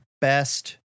best